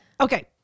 Okay